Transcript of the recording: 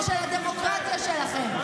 שלכם, של הדמוקרטיה שלכם?